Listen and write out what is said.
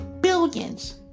billions